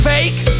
Fake